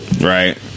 Right